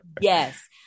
yes